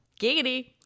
Giggity